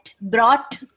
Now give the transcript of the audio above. brought